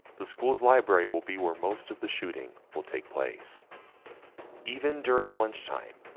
the school's library will be where most of the shooting will take place even during lunch time.